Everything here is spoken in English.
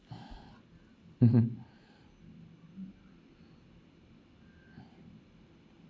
mmhmm